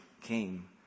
came